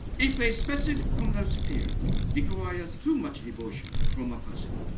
if a specific communal sphere requires too much emotion from a person,